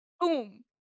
boom